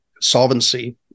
solvency